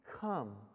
come